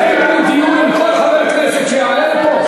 תנהלי דיון עם כל חבר כנסת שיעלה לפה?